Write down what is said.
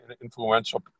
influential